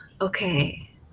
okay